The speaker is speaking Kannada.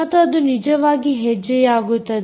ಮತ್ತು ಅದು ನಿಜವಾಗಿ ಹೆಜ್ಜೆಯಾಗುತ್ತದೆ